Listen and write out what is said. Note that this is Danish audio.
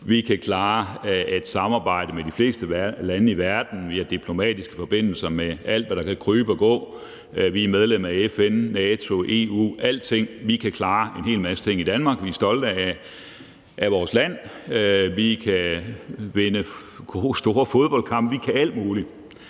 vi kan samarbejde med de fleste lande i verden; vi har diplomatiske forbindelser med alt, hvad der kan krybe og gå; vi er medlem af FN, NATO, EU osv.; vi kan klare en hel masse ting i Danmark; vi er stolte af vores land; vi kan vinde store fodboldkampe; vi kan alt muligt.